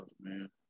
man